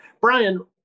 Brian